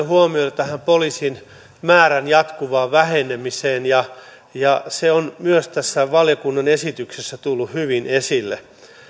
huomiota tähän poliisien määrän jatkuvaan vähenemiseen ja ja se on myös tässä valiokunnan esityksessä tullut hyvin esille